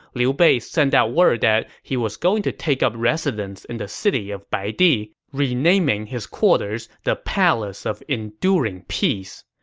liu bei sent out word that he was going to take up residence in the city of baidi, renaming his quarters the palace of enduring peace.